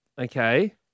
Okay